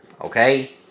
okay